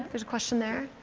there's a question there.